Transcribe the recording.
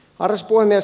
arvoisa puhemies